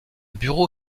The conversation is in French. bureau